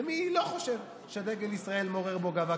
ומי לא חושב שדגל ישראל מעורר בו גאווה,